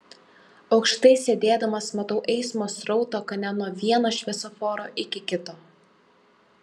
aukštai sėdėdamas matau eismo srautą kone nuo vieno šviesoforo iki kito